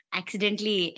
accidentally